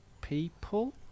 people